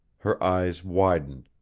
her eyes widened,